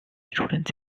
students